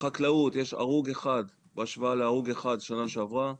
בחקלאות יש הרוג אחד בהשוואה להרוג אחד בשנה שעברה,